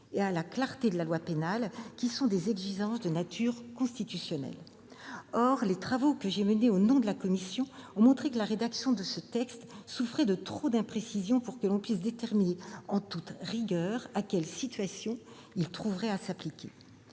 et à la clarté de la loi pénale, qui sont des exigences de nature constitutionnelle. Or les travaux que j'ai menés au nom de la commission ont montré que la rédaction de ce texte souffrait de trop d'imprécisions pour que l'on puisse déterminer en toute rigueur à quelles situations il trouverait à s'appliquer.